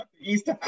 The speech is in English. East